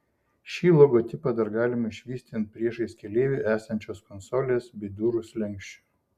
šį logotipą dar galima išvysti ant priešais keleivį esančios konsolės bei durų slenksčių